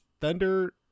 thunder